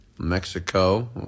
Mexico